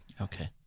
Okay